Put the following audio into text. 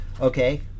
Okay